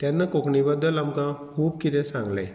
तेन्ना कोंकणी बद्दल आमकां खूब किदें सांगलें